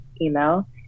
email